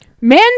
Man